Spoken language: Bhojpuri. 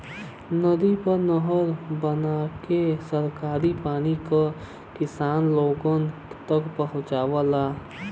नदी पे नहर बनाईके सरकार पानी के किसान लोगन तक पहुंचावेला